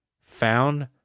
found